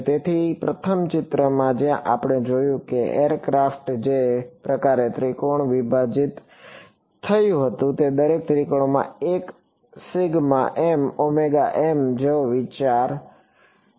તેથી તે પ્રથમ ચિત્રમાં જ્યાં આપણે જોયું કે એરક્રાફ્ટ જે પ્રકારે ત્રિકોણમાં વિભાજિત થયું હતું દરેક ત્રિકોણ આ એક સિગ્મા M ઓમેગા M જેવો છે તે વિચાર છે